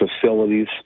facilities